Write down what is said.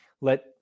let